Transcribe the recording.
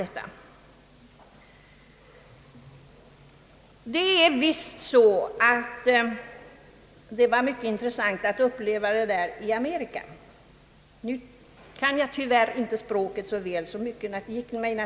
Besöket i England var mycket intressant, även om en del gick mig förbi, eftersom jag inte kan språket tillräckligt väl.